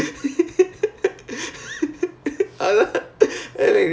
eh சொல்லிட்டு செய்:sollittu sei dah